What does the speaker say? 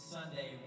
Sunday